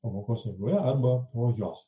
pamokos eigoje arba po jos